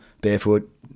barefoot